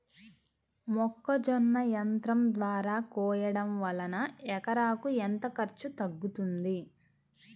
మొక్కజొన్న యంత్రం ద్వారా కోయటం వలన ఎకరాకు ఎంత ఖర్చు తగ్గుతుంది?